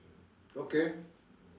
okay